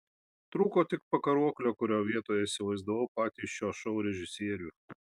trūko tik pakaruoklio kurio vietoje įsivaizdavau patį šio šou režisierių